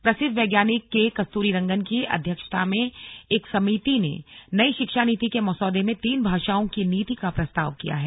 प्रसिद्ध वैज्ञानिक के कस्तूरीरंगन की अध्यक्षता में एक समिति ने नई शिक्षा नीति के मसौदे में तीन भाषाओं की नीति का प्रस्ताव किया है